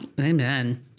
Amen